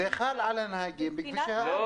זה חל על הנהגים בכבישי הארץ.